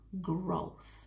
growth